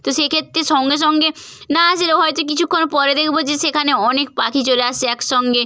তো সেই ক্ষেত্তে সঙ্গে সঙ্গে না আসলেও হয়তো কিছুক্ষণ পরে দেকবো যে সেখানে অনেক পাখি চলে আসছে একসঙ্গে